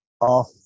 off